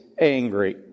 angry